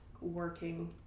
working